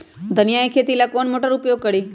धनिया के खेती ला कौन मोटर उपयोग करी?